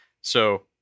So-